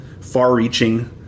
far-reaching